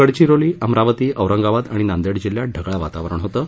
गडचिरोली अमरावती औरंगाबाद आणि नांदेड जिल्ह्यात ढगाळ वातावरण होतं